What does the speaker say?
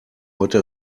heute